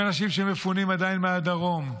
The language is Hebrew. עם אנשים שמפונים עדיין מהדרום,